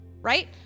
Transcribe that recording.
right